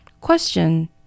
Question